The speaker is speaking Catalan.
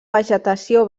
vegetació